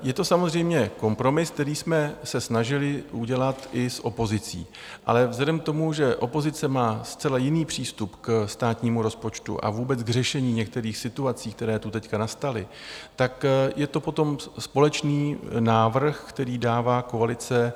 Je to samozřejmě kompromis, který jsme se snažili udělat i s opozicí, ale vzhledem k tomu, že opozice má zcela jiný přístup ke státnímu rozpočtu a vůbec k řešení některých situací, které tu teď nastaly, tak je to potom společný návrh, který dává koalice.